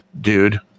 dude